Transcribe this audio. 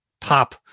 pop